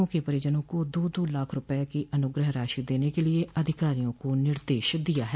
उन्होने मृतकों के परिजनों को दो दो लाख रूपये की अनुग्रह राशि देने के लिए अधिकारियों को निर्देश दिया है